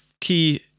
key